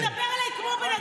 הוא ידבר אליי כמו בן אדם.